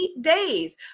days